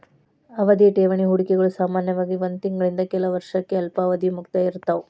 ಅವಧಿಯ ಠೇವಣಿ ಹೂಡಿಕೆಗಳು ಸಾಮಾನ್ಯವಾಗಿ ಒಂದ್ ತಿಂಗಳಿಂದ ಕೆಲ ವರ್ಷಕ್ಕ ಅಲ್ಪಾವಧಿಯ ಮುಕ್ತಾಯ ಇರ್ತಾವ